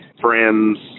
friends